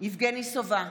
יבגני סובה,